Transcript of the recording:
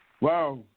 Wow